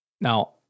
Now